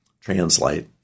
translate